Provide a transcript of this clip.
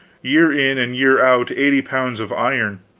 year in and year out, eighty pounds of iron